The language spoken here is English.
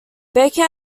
baker